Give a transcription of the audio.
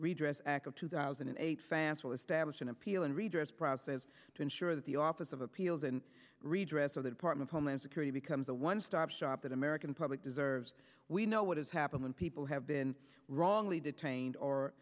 redress act of two thousand and eight financial establish an appeal and redress process to ensure that the office of appeals and redress of the department homeland security becomes a one stop shop in american public deserves we know what has happened when people have been wrongly detained or